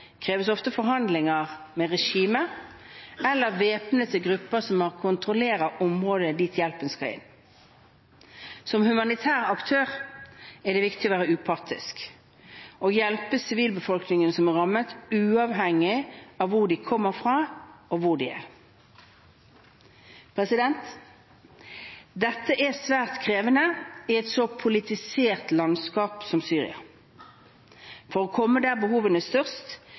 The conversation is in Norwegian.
kreves ofte forhandlinger med regimet eller med væpnede grupper som kontrollerer området dit hjelpen skal inn. Som humanitær aktør er det viktig å være upartisk: Å hjelpe sivilbefolkningen som er rammet, uavhengig av hvor de kommer fra og hvor de er. Dette er svært krevende i et så politisert landskap som Syria. For å komme til der behovene er størst,